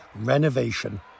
renovation